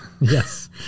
Yes